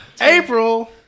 April